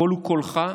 הקול, קולך,